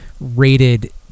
rated